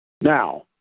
Now